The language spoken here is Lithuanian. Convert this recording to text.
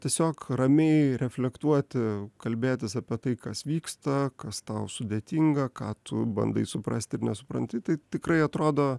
tiesiog ramiai reflektuoti kalbėtis apie tai kas vyksta kas tau sudėtinga ką tu bandai suprasti ir nesupranti tai tikrai atrodo